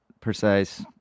precise